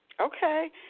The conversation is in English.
Okay